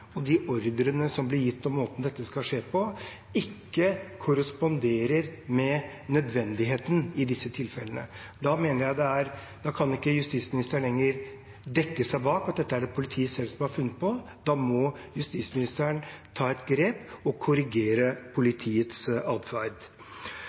og ordrene som ble gitt om måten dette skulle skje på, ikke korresponderer med nødvendigheten i disse tilfellene. Da kan ikke justisministeren lenger dekke seg bak at det er politiet selv som har funnet på dette. Da må justisministeren ta grep og korrigere